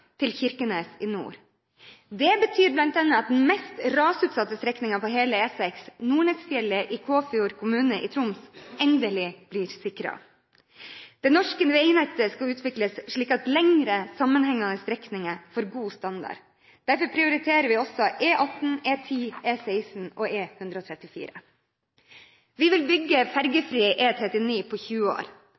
til Kirkenes i nord. Det betyr bl.a. at den mest rasutsatte strekningen på hele E6, Nordnesfjellet i Kåfjord kommune i Troms, endelig blir sikret. Det norske veinettet skal utvikles slik at lengre sammenhengende strekninger får god standard. Derfor prioriterer vi også E18, E10, E16 og E134. Vi vil bygge en fergefri E39 på 20 år.